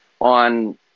on